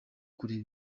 kureba